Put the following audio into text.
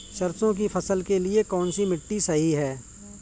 सरसों की फसल के लिए कौनसी मिट्टी सही हैं?